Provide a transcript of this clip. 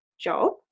job